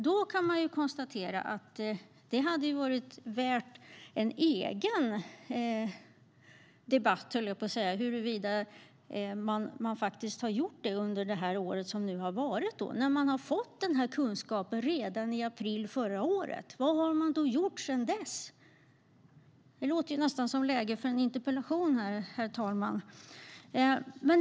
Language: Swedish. Vi kan konstatera att det hade varit värt en egen debatt om vad man faktiskt har gjort under det gångna året. Man fick kunskapen redan i april förra året. Vad har man gjort sedan dess? Det låter nästan som om det är läge för en interpellation, herr talman.